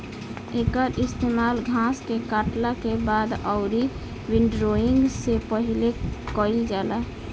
एकर इस्तेमाल घास के काटला के बाद अउरी विंड्रोइंग से पहिले कईल जाला